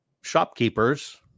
shopkeepers